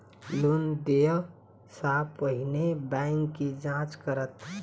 Loan देय सा पहिने बैंक की जाँच करत?